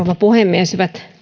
rouva puhemies hyvät